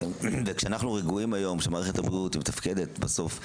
אנחנו רגועים היום שמערכת הבריאות מתפקדת בסוף,